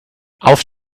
auf